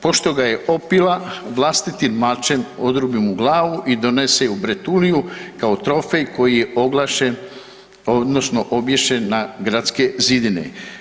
Pošto ga je opila, vlastitim mačem odrubi mu glavu i donese je u Betuliju kao trofej koji je oglašen odnosno obješen na gradske zidine.